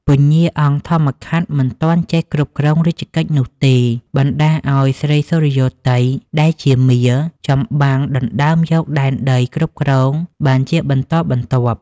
ពញ្ញាអង្គធម្មខាត់ មិនទាន់ចេះគ្រប់គ្រងរាជកិច្ចនោះទេ បណ្ដាលឱ្យ ស្រីសុរិយោទ័យដែលជាមារ ច្បាំងដណ្ដើមយកដែនដីគ្រប់គ្រងបានជាបន្តបន្ទាប់។